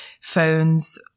phones